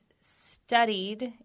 studied